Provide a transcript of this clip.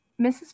Mrs